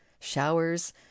showers